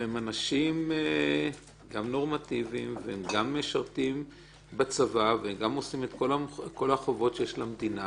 הם אנשים נורמטיביים וגם משרתים בצבא וגם עושים את כל החובות שיש למדינה